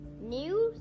News